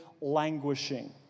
languishing